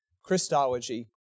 Christology